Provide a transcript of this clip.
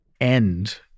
end